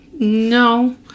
No